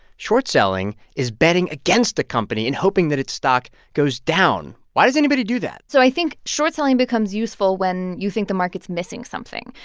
short selling is betting against the company and hoping that its stock goes down. why does anybody do that? so i think short selling becomes useful when you think the market's missing something.